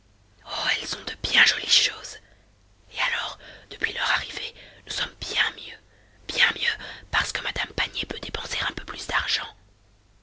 oh elles ont de bien jolies choses et alors depuis leur arrivée nous sommes bien mieux bien mieux parce que madame pannier peut dépenser un peu plus d'argent